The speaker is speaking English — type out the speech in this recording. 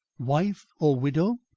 wife or widow?